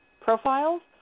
profiles